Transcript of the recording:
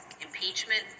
impeachment